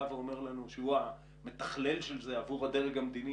שהוא המתכלל של זה עבור הדרג המדיני,